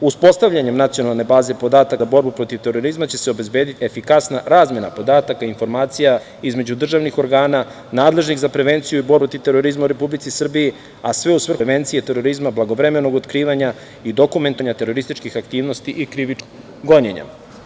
Uspostavljanjem nacionalne baze podataka za borbu protiv terorizma će se obezbediti efikasna razmena podataka i informacija između državnih organa nadležnih za prevenciju i borbu protiv terorizma u Republici Srbiji, a sve u svrhu prevencije terorizma, blagovremenog otkrivanja i dokumentovanja terorističkih aktivnosti i krivičnog gonjenja.